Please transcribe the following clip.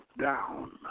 down